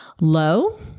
low